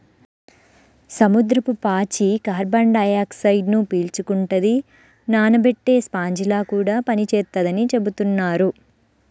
సముద్రపు పాచి కార్బన్ డయాక్సైడ్ను పీల్చుకుంటది, నానబెట్టే స్పాంజిలా కూడా పనిచేత్తదని చెబుతున్నారు